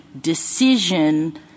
decision